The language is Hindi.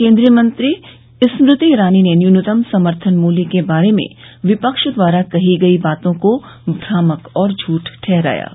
केन्द्रीय मंत्री स्मृति ईरानी ने न्यूनतम समर्थन मूल्य के बारे में विपक्ष द्वारा कही गई बातों को भ्रामक और झूठ ठहराया हैं